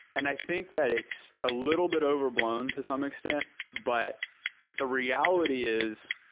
and i think that it's a little bit overblown to some extent, but the reality is,